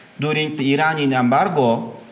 during the iranian embargo,